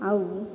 ଆଉ